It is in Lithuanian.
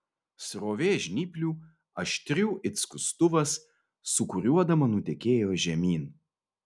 srovė žnyplių aštrių it skustuvas sūkuriuodama nutekėjo žemyn